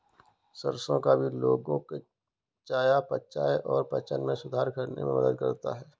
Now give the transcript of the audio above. सरसों का बीज लोगों के चयापचय और पाचन में सुधार करने में मदद करता है